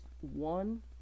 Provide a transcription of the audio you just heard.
one